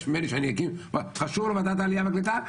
ממני שאקים חשוב לו ועדת העלייה והקליטה,